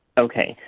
okay.